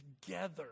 together